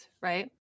right